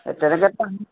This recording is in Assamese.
এই তেনেকৈ পাম